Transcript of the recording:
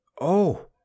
Oh